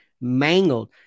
mangled